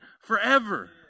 forever